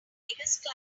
biggest